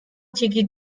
txiki